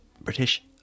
british